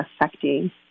affecting